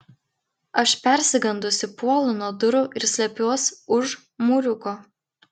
aš persigandusi puolu nuo durų ir slepiuos už mūriuko